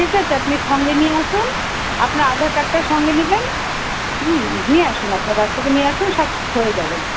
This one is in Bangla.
ঠিক আছে আপনি সঙ্গে নিয়ে আসুন আপনার আধার কার্ডটার সঙ্গে নেবেন হুম নিয়ে আসুন আপনার বাচ্চাকে নিয়ে আসুন সব হয়ে যাবে